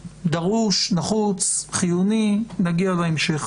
דרוש, נחוץ חיוני, נגיע בהמשך.